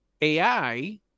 AI